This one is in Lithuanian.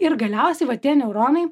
ir galiausiai va tie neuronai